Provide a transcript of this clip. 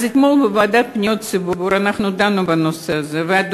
אז אתמול אנחנו דנו בנושא הזה בוועדה לפניות הציבור.